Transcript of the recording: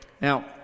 Now